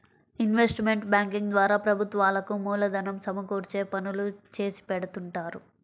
investment banking ద్వారా ప్రభుత్వాలకు మూలధనం సమకూర్చే పనులు చేసిపెడుతుంటారు